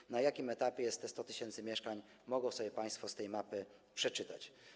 I na jakim etapie jest te 100 tys. mieszkań, mogą sobie państwo z tej mapy przeczytać.